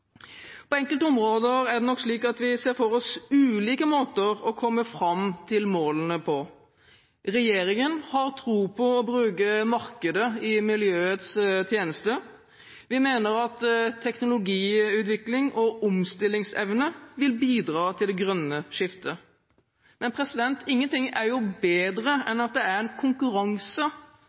På enkelte områder er det nok slik at vi ser for oss ulike måter å komme fram til målene på. Regjeringen har tro på å bruke markedet i miljøets tjeneste. Vi mener at teknologiutvikling og omstillingsevne vil bidra til det grønne skiftet. Men ingenting er jo bedre enn at det er en konkurranse